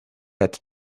had